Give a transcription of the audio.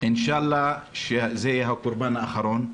אינשאללה שזה יהיה הקורבן האחרון.